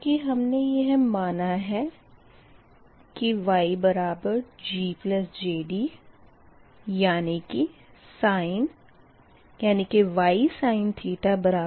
चूँकि हमने यह माना है कि YGjD यानी कि Ysin B